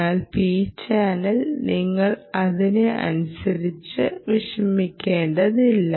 എന്നാൽ പി ചാനലിൽ നിങ്ങൾ അതിനെക്കുറിച്ച് വിഷമിക്കേണ്ടതില്ല